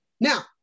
now